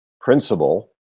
principle